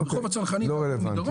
רחוב הצנחנים מדרום --- לא רלוונטי.